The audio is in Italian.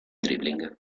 dribbling